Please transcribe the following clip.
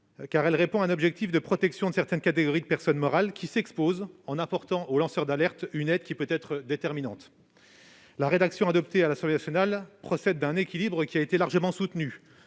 car celle-ci répond à un objectif de protection de certaines catégories de personnes morales qui s'exposent en apportant aux lanceurs d'alerte une aide qui peut être déterminante. La version du texte proposée par nos collègues députés procède d'un équilibre qui a été largement soutenu,